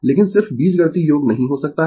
लेकिन सिर्फ बीजगणितीय योग नहीं हो सकता है